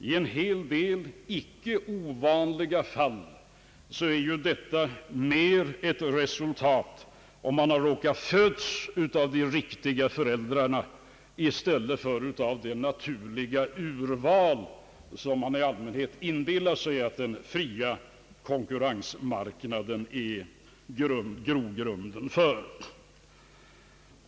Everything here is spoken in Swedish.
I en hel del icke ovanliga fall är detta att man tillhör de där männen mer ett resultat av om man råkat födas av de riktiga föräldrarna än av ett naturligt urval, som man i allmänhet inbillar sig att den fria konkurrensmarknaden är grogrunden för.